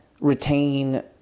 retain